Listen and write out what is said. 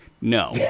No